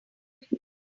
quickly